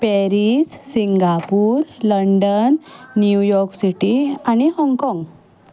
Paris Singapore London New York city आणी हाँगकाँग